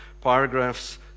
Paragraphs